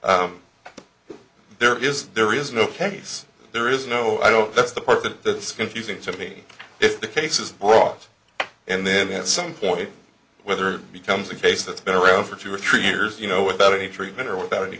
so there is there is no case there is no i don't that's the part that this confusing to me if the case is off and then at some point whether it becomes a case that's been around for two or three years you know without any treatment or without any